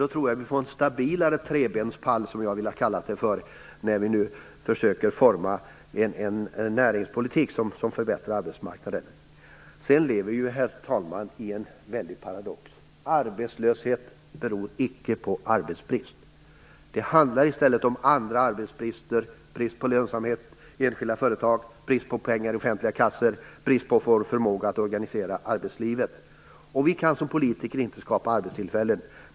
Då tror jag att vi får en stabilare trebenspall, som jag har velat kalla det för, när vi nu försöker forma en näringspolitik som förbättrar arbetsmarknaden. Herr talman! Vi lever i en väldig paradox. Arbetslöshet beror icke på arbetsbrist. Det handlar i stället om andra brister: brist på lönsamhet i enskilda företag, brist på pengar i offentliga kassor, brist på förmåga att organisera arbetslivet. Vi kan som politiker inte skapa arbetstillfällen.